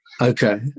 Okay